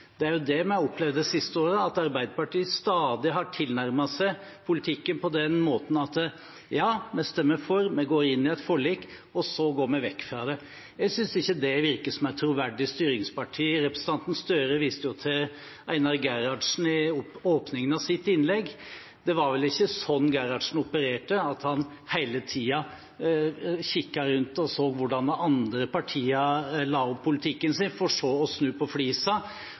Det er jo det vi har opplevd de siste årene, at Arbeiderpartiet stadig har tilnærmet seg politikken på denne måten: Ja, vi stemmer for, vi inngår et forlik, og så går vi vekk fra det. Jeg synes ikke det virker som et troverdig styringsparti. Representanten Jonas Gahr Støre viste til Einar Gerhardsen i åpningen av sitt innlegg. Det var vel ikke slik Gerhardsen opererte, at han hele tiden kikket rundt og så hvordan de andre partiene la opp politikken sin, for så å snu på flisa,